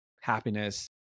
happiness